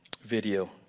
video